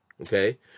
okay